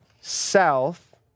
south